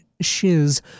shiz